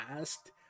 asked